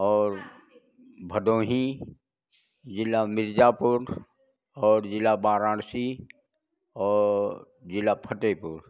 और भदोहीं ज़िला मिर्ज़ापुर और ज़िला वाराणसी ज़िला फतेहपुर